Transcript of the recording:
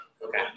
Okay